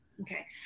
Okay